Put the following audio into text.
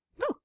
No